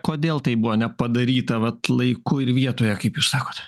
kodėl tai buvo nepadaryta vat laiku ir vietoje kaip jūs sakot